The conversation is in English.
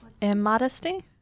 Immodesty